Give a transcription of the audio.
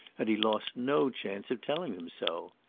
and he lost no chance of telling them so.